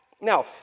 Now